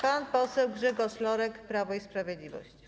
Pan poseł Grzegorz Lorek, Prawo i Sprawiedliwość.